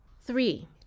Three